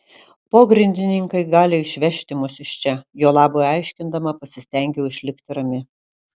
pogrindininkai gali išvežti mus iš čia jo labui aiškindama pasistengiau išlikti rami